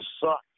suck